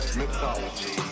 mythology